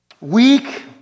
weak